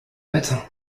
matin